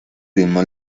ritmos